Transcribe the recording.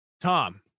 Tom